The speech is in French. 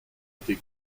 été